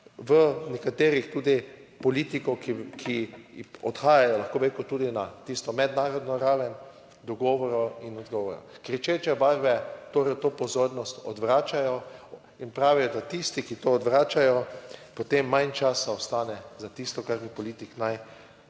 v nekaterih tudi politikov, ki odhajajo, lahko bi rekel, tudi na tisto mednarodno raven dogovorov in odgovora. Kričeče barve torej to pozornost odvračajo in pravijo, da tisti, ki to odvračajo, potem manj časa ostane za tisto, kar bi politik naj,